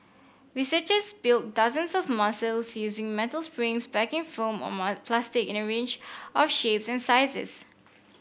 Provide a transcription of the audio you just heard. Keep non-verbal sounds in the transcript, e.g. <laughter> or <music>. researchers built dozens of muscles using metal springs packing foam or <unintelligible> plastic in a range of shapes and sizes